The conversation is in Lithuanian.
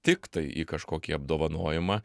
tiktai į kažkokį apdovanojimą